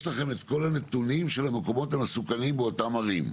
יש לכם את כל הנתונים של המקומות המסוכנים באותן ערים.